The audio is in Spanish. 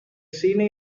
cine